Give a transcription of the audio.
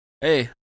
Hey